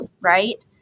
Right